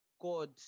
God